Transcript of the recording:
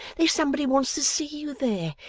there's somebody wants to see you there.